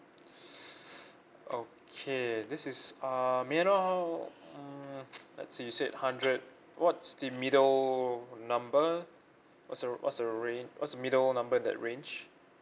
okay this is uh may I know how mm let's see you said hundred what's the middle number what's the what's the range what's the middle number that range